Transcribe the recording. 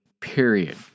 period